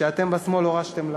שאתם בשמאל הורשתם לנו.